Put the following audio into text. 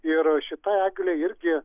ir šita eglė irgi